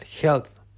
health